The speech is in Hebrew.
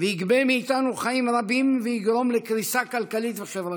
יגבה מאיתנו חיים רבים ויגרום לקריסה כלכלית וחברתית.